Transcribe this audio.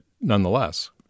nonetheless